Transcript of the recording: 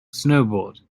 snowboard